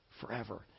forever